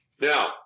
Now